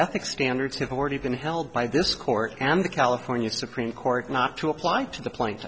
ethics standards have already been held by this court and the california supreme court not to apply to the pla